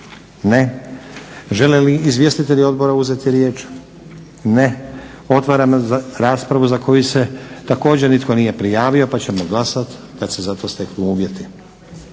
Ne. Žele li izvjestitelji odbora uzeti riječ? Ne. Otvaram raspravu za koju se također nitko nije prijavio pa ćemo glasati kad se za to steknu uvjeti.